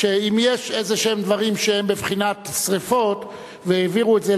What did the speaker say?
שאם יש איזה דברים שהם בבחינת שרפות והעבירו את זה